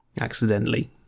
accidentally